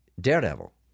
Daredevil